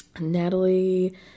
Natalie